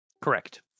Correct